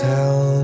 Tell